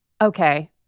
Okay